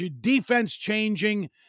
defense-changing